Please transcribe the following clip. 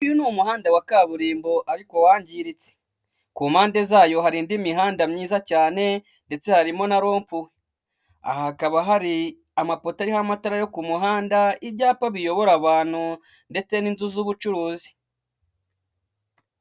Uyu ni umuhanda wa kaburimbo, ariko wangiritse. Ku mpande zayo hari indi mihanda myiza cyane, ndetse harimo na rompuwe. Aha hakaba hari amapota ariho amatara yo ku muhanda, ibyapa biyobora abantu, ndetse n'inzu z'ubucuruzi.